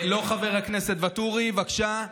לא, חבר הכנסת ואטורי, בבקשה.